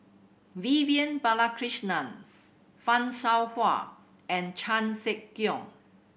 Vivian Balakrishnan Fan Shao Hua and Chan Sek Keong